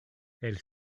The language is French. elle